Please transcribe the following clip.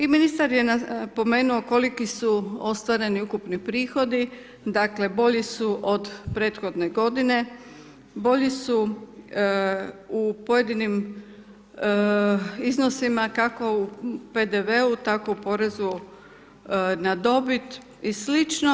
I ministar je napomenuo, koliki su ostvareni ukupni prihodi, dakle, bolji su od prethodne g. bolji su u pojedinim iznosima, kako u PDV-u, tako u porezu na dobit, i sl.